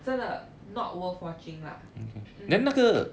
真的 not worth watching lah